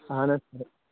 اَہَن حظ سَر